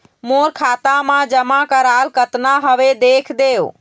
मोर खाता मा जमा कराल कतना हवे देख देव?